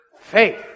faith